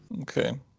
Okay